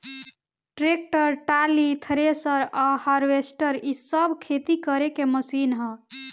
tractor, trolley, thresher आ harvester इ सब खेती करे के मशीन ह